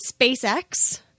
SpaceX